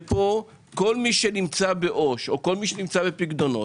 פה כל מי שנמצא בעו"ש או בפיקדונות,